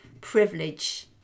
privilege